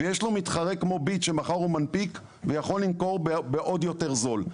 ויש לו מתחרה כמו "ביט" שמחר הוא מנפיק ויכול למכור בעוד יותר זול.